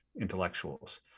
intellectuals